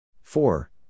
Four